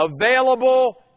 available